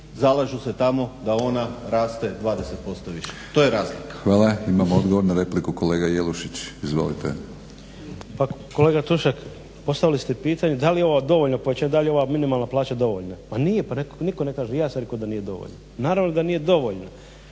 zalažu se tamo da ona raste 20% više. To je razlika. **Batinić, Milorad (HNS)** Hvala. Imamo odgovor na repliku, kolega Jelušić. Izvolite. **Jelušić, Ivo (SDP)** Kolega Tušak, postavili ste pitanje da li je ovo dovoljno, da li je ova minimalna plaća dovoljna. Pa nije, pa nitko ne kaže. I ja sam rekao da nije dovoljna. Naravno da nije dovoljna.